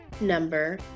number